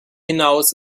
hinaus